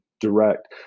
direct